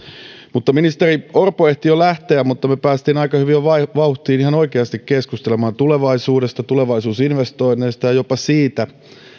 ministeri orpo ehti jo lähteä mutta me pääsimme jo aika hyvin vauhtiin ja ihan oikeasti keskustelemaan tulevaisuudesta tulevaisuusinvestoinneista ja jopa siitä